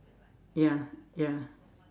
ya ya